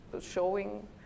showing